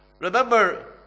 Remember